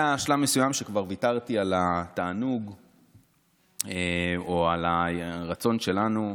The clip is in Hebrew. היה שלב מסוים שכבר ויתרתי על התענוג או על הרצון שלנו,